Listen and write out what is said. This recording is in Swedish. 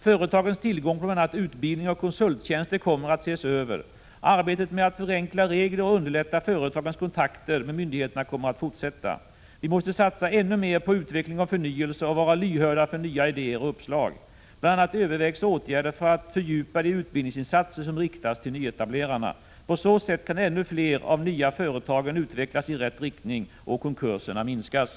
Företagens tillgång på bl.a. utbildning och konsulttjänster kommer att ses över. Arbetet med att förenkla regler och underlätta företagens kontakter med myndigheterna kommer att fortsätta. Vi måste satsa ännu mer på utveckling och förnyelse och vara lyhörda för nya idéer och uppslag. Bl. a. övervägs åtgärder för att fördjupa de utbildningsinsatser som riktas till nyetablerarna. På så sätt kan ännu fler av de nya företagen utvecklas i rätt riktning och konkurserna minskas.